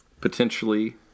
potentially